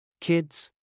Kids